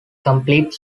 complete